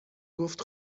گفت